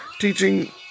Teaching